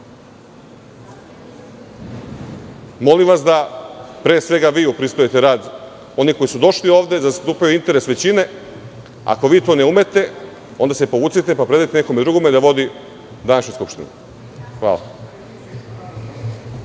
vas da pre svega vi upristojite rad onih koji su došli ovde da zastupaju interes većine. Ako vi to ne umete, onda se povucite pa predajte nekom drugom da vodi današnju Skupštinu. Hvala.